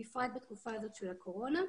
בפרט בתקופה הזאת של הקורונה.